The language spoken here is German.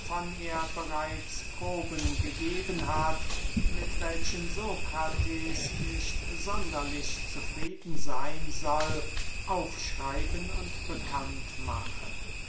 er bereits proben gegeben hat mit welchen sokrates nicht sonderlich zufrieden seyn soll aufschreiben und bekannt machen